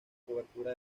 cobertura